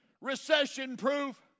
recession-proof